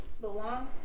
belong